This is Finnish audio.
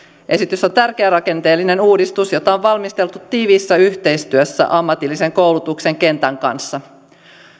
esitys on tärkeä rakenteellinen uudistus jota on valmisteltu tiiviissä yhteistyössä ammatillisen koulutuksen kentän kanssa